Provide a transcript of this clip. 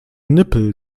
nippel